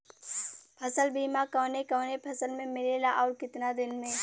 फ़सल बीमा कवने कवने फसल में मिलेला अउर कितना दिन में?